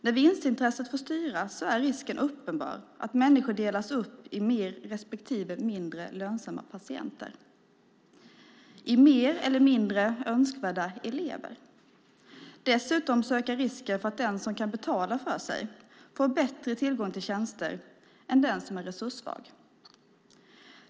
När vinstintresset får styra är risken uppenbar att människor delas upp i mer respektive mindre lönsamma patienter och i mer eller mindre önskvärda elever. Dessutom ökar risken för att den som kan betala för sig får bättre tillgång till tjänster än den som är resurssvag.